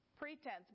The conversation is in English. Pretense